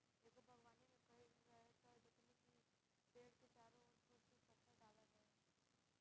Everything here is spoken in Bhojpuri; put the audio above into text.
एगो बागवानी में गइल रही त देखनी कि पेड़ के चारो ओर छोट छोट पत्थर डालल रहे